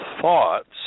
thoughts